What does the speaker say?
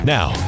Now